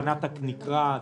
הבנת הנקרא,